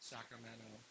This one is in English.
Sacramento